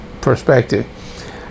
perspective